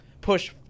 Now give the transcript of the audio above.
push –